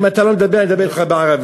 אם אתה לא מבין אני אדבר אתך בערבית.